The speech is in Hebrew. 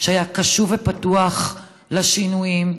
שהיה קשוב ופתוח לשינויים,